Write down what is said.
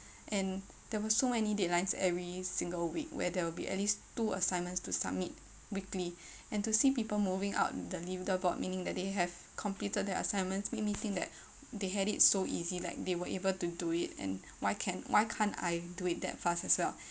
and there were so many deadlines every single week where there will be at least two assignments to submit weekly and to see people moving up the leader board meaning that they have completed their assignments made me think that they had it so easy like they were able to do it and why can why can't I do it that fast as well